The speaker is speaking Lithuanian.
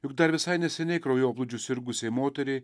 juk dar visai neseniai kraujoplūdžiu sirgusiai moteriai